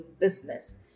business